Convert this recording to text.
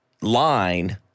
line